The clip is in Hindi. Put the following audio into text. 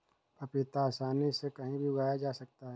पपीता आसानी से कहीं भी उगाया जा सकता है